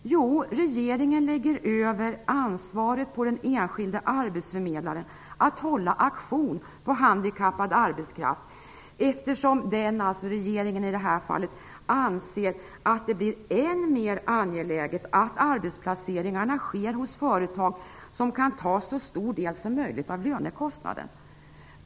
Jo, regeringen lägger över ansvaret på den enskilde arbetsförmedlaren att hålla auktion på handikappad arbetskraft, eftersom regeringen anser att det blir än mer angeläget att arbetsplaceringarna sker hos företag som kan ta så stor del som möjligt av lönekostnaden.